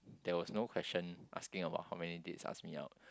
there was no question asking about how many dates ask me out